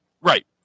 Right